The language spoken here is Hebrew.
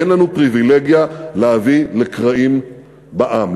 אין לנו פריבילגיה להביא לקרעים בעם,